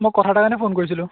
মই কথা এটাৰ কাৰণে ফোন কৰিছিলোঁ